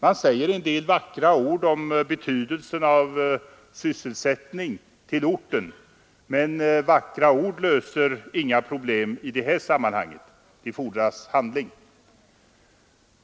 Den innehåller en del vackra ord om betydelsen av sysselsättning till orten, men vackra ord löser inga problem i det här sammanhanget. Det fordras handling.